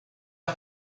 las